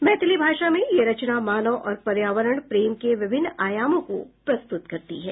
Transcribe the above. मैथिली भाषा में यह रचना मानव और पर्यावरण प्रेम के विभिन्न आयामों को प्रस्तुत करती है